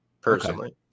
personally